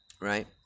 right